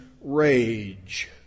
rage